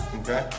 okay